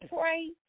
pray